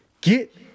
Get